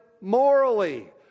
morally